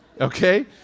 Okay